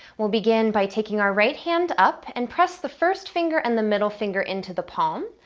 we'll begin by taking our right hand up and press the first finger and the middle finger into the palm,